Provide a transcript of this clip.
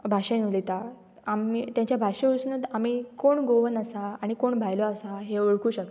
भाशेन उलयता आमी तांच्या भाशे वरसुनूच आमी कोण गोवन आसा आनी कोण भायलो आसा हें वळखूं शकता